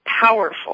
powerful